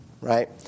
right